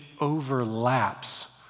overlaps